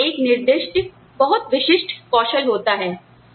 उनके पास एक निर्दिष्ट बहुत विशिष्ट कौशल होता हैं